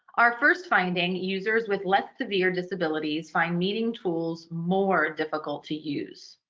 our first finding users with less severe disabilities find meeting tools more difficult to use.